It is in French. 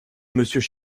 monsieur